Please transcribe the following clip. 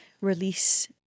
release